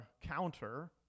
counter